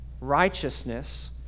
righteousness